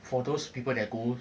for those people that go